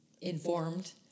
informed